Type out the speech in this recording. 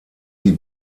die